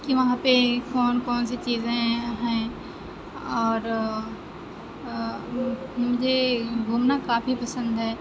کہ وہاں پہ کون کون سی چیزیں ہیں اور مجھے گھومنا کافی پسند ہے